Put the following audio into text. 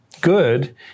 Good